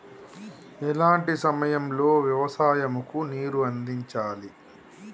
ఎలాంటి సమయం లో వ్యవసాయము కు నీరు అందించాలి?